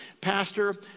Pastor